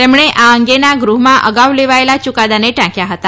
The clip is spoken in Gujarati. તેમણે આ અંગેના ગૃહમાં અગાઉ લેવાયેલા યુકાદાને ટાંક્યા હતા